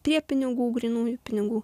prie pinigų grynųjų pinigų